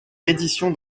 reddition